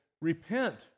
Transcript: repent